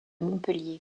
montpellier